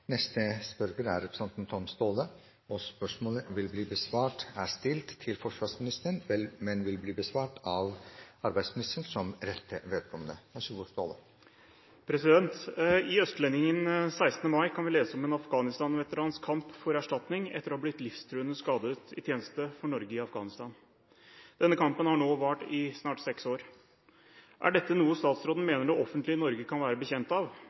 til arbeidsministeren som rette vedkommende. «I Østlendingen 16. mai kan vi lese om en Afghanistan-veterans kamp for erstatning etter å ha blitt livstruende skadet i tjeneste for Norge i Afghanistan. Denne kampen har nå vart i snart 6 år. Er dette noe statsråden mener det offentlige Norge kan være bekjent av,